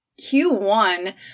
Q1